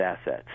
assets